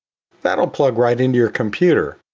that'll plug right into your computer.